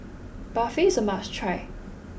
Barfi is a must try